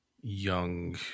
young